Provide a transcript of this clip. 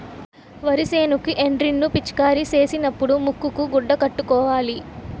వరి సేనుకి ఎండ్రిన్ ను పిచికారీ సేసినపుడు ముక్కుకు గుడ్డ కట్టుకోవాల